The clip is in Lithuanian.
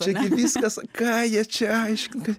čia gi viskas ką jie čia aiškin ka